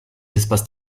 espaces